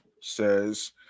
says